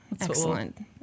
Excellent